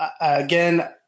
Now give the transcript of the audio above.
Again